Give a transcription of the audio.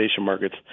markets